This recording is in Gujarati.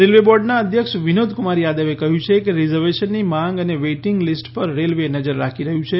રેલ્વે બોર્ડના અધ્યક્ષ વિનોદ કુમાર યાદવે કહ્યું છે કે રિઝર્વેશનની માંગ અને વેઇટીંગ લીસ્ટ પર રેલ્વે નજર રાખી રહ્યું છે